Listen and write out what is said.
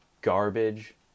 garbage